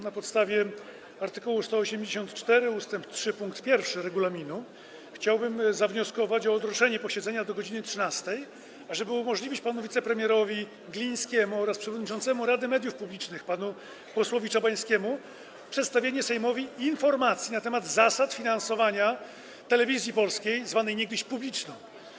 Na podstawie art. 184 ust. 3 pkt 1 regulaminu chciałbym zawnioskować o odroczenie posiedzenia do godz. 13, ażeby umożliwić panu wicepremierowi Glińskiemu oraz przewodniczącemu rady mediów publicznych panu posłowi Czabańskiemu przedstawienie Sejmowi informacji na temat zasad finansowania Telewizji Polskiej, zwanej niegdyś publiczną.